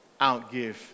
outgive